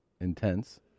intense